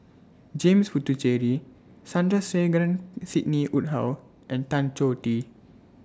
James Puthucheary Sandrasegaran Sidney Woodhull and Tan Choh Tee